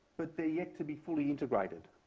but they're yet to be fully integrated.